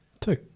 Two